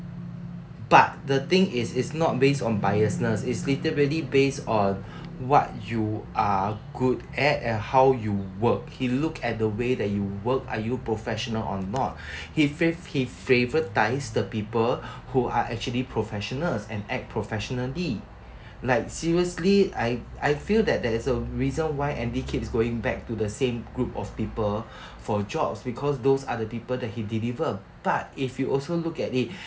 but the thing is it's not based on biasness it's literally based on what you are good at and how you work he look at the way that you work are you professional or not he favour~ he favourites the people who are actually professionals and act professionally like seriously I I feel that there is a reason why andy keeps going back to the same group of people for jobs because those are the people that he deliver but if you also look at it